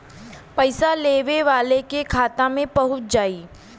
पइसा लेवे वाले के खाता मे पहुँच जाई